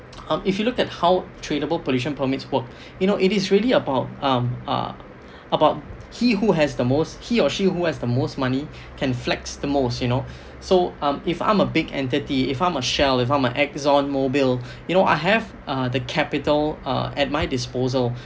um if you look at how tradable pollution permits work you know it is really about um ah about he who has the most he or she who has the most money can flex the most you know so um if I'm a big entity if I'm a Shell if I'm my ExxonMobil you know I have uh the capital uh at my disposal